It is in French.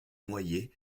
noyé